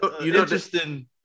interesting